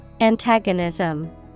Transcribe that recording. Antagonism